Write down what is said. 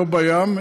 לא בים,